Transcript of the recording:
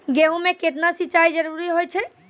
गेहूँ म केतना सिंचाई जरूरी होय छै?